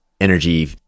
energy